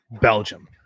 belgium